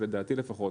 שלדעתי לפחות,